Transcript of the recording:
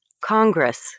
Congress